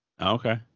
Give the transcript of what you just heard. Okay